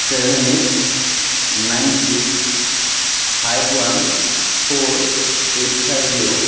seven eight nine six five one four eight five zero